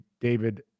David